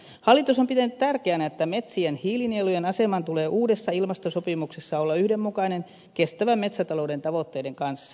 hallitus on pitänyt tärkeänä että metsien hiilinielujen aseman tulee uudessa ilmastosopimuksessa olla yhdenmukainen kestävän metsätalouden tavoitteiden kanssa